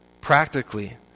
practically